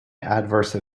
adverse